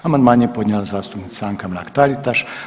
Amandman je podnijela zastupnica Anka Mrak-Taritaš.